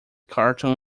cartoon